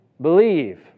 believe